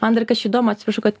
man dar kaš įdomu atsiprašau kad